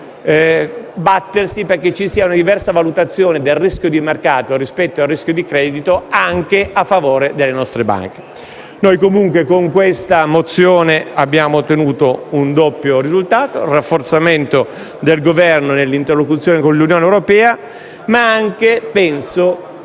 importante battersi perché ci sia una diversa valutazione del rischio di mercato rispetto al rischio di credito anche a favore delle nostre banche. Ad ogni modo, con l'ordine del giorno in esame abbiamo ottenuto un doppio risultato, rafforzando il Governo nell'interlocuzione con l'Unione europea, ma anche - penso